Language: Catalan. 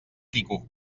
quico